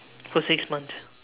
for six months